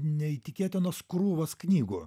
neįtikėtinos krūvos knygų